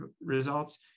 results